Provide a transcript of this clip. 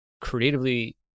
creatively